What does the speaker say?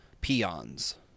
peons